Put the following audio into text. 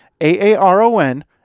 A-A-R-O-N